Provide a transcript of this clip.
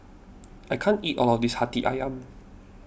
I can't eat all of this Hati Ayam